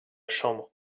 chambre